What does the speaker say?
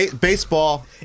baseball